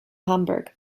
hamburg